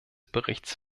berichts